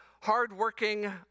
hardworking